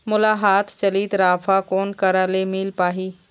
मोला हाथ चलित राफा कोन करा ले मिल पाही?